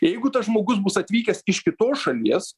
jeigu tas žmogus bus atvykęs iš kitos šalies